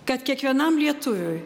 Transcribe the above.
kad kiekvienam lietuviui